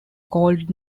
called